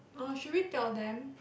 oh should we tell them